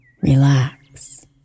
relax